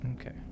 Okay